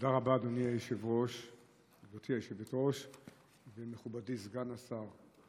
תודה רבה, גברתי היושבת-ראש ומכובדי סגן השר: